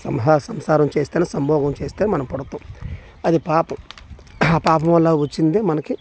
సంహాసం సంసారం చేస్తేనే సంభోగం చేస్తే మనం పుడుతాము అది పాపం ఆ పాపం వల్ల వచ్చిందే మనకి